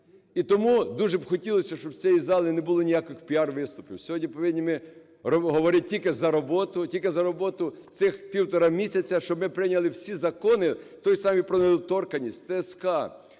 І тому дуже б хотілося, щоб з цієї зали не було ніяких піар-виступів. Сьогодні повинні ми говорити тільки за роботу, тільки за роботу цих півтора місяці, щоб ми прийняли всі закони: той самий про недоторканність, ТСК,